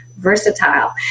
versatile